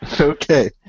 Okay